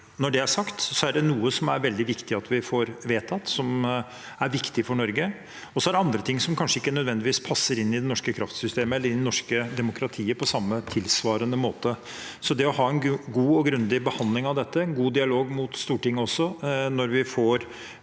Når det er sagt, er det noe som er veldig viktig at vi får vedtatt, fordi det er viktig for Norge, og det er andre ting som kanskje ikke nødvendigvis passer inn i det norske kraftsystemet eller det norske demokratiet på tilsvarende måte. Så med en god og grundig behandling av dette, en god dialog med Stortinget også, når vi får